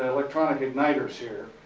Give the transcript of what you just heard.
electronic igniters here.